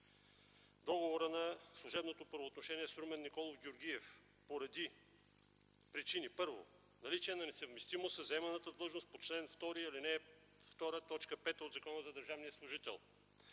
договора на служебното правоотношение с Румен Николов Георгиев поради причини: „1. Наличие на несъвместимост със заеманата длъжност по чл. 2, ал. 2, т. 5 от Закона за държавния служител,